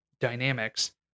dynamics